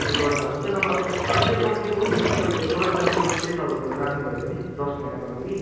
त्यो गर्दा हुन्छ नभए अझ कम्तीको पनि छ तपाईँले पर मन्थको टेन थाउजन्ड गरेर राख्नुभयो भने दस महिनाको लागि